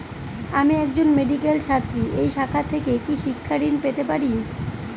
আমি একজন মেডিক্যাল ছাত্রী এই শাখা থেকে কি শিক্ষাঋণ পেতে পারি?